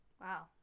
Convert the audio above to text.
Wow